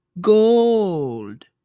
gold